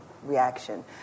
reaction